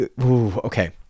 Okay